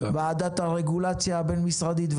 ועדת הרגולציה הבין-משרדית,